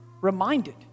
reminded